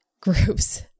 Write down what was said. groups